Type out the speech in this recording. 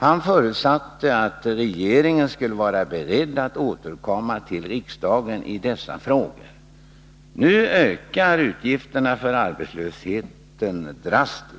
Han förutsatte att regeringen skulle vara beredd att återkomma till riksdagen i dessa frågor. Nu ökar utgifterna för arbetslöshetsersättningarna drastiskt.